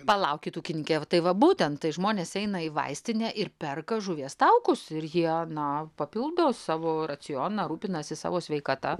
palaukit ūkininke tai va būtent tai žmonės eina į vaistinę ir perka žuvies taukus ir jie na papildo savo racioną rūpinasi savo sveikata